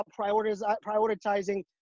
prioritizing